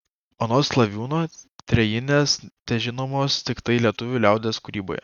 anot slaviūno trejinės težinomos tiktai lietuvių liaudies kūryboje